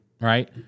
Right